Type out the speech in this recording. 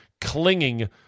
clinging